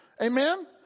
Amen